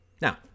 Now